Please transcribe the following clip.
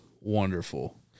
wonderful